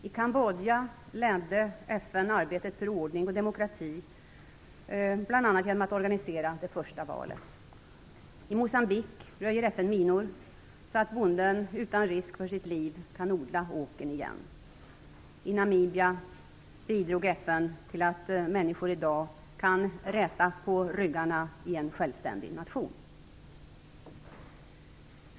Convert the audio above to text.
I Kambodja ledde FN arbetet för ordning och demokrati, bl.a. genom att organisera det första valet. I Moçambique röjer FN minor så att bonden utan risk för sitt liv kan odla åkern igen. I Namibia bidrog FN till att människor i dag kan räta på ryggarna i en självständig nation.